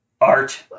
Art